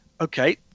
okay